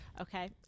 okay